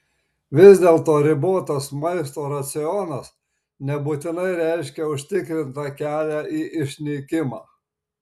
vis dėlto ribotas maisto racionas nebūtinai reiškia užtikrintą kelią į išnykimą